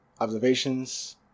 observations